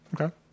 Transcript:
okay